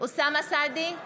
אוסאמה סעדי,